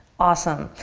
awesome,